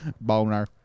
Boner